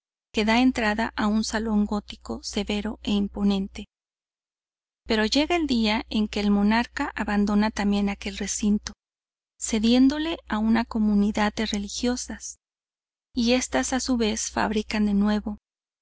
da entrada a un salón gótico severo e imponente pero llega el día en que el monarca abandona también aquél recinto cediéndole a una comunidad de religiosas y éstas a su vez fabrican de nuevo